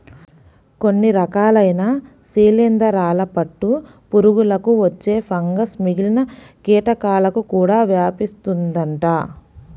కొన్ని రకాలైన శిలీందరాల పట్టు పురుగులకు వచ్చే ఫంగస్ మిగిలిన కీటకాలకు కూడా వ్యాపిస్తుందంట